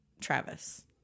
Travis